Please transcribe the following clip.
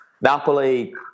Napoli